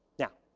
now,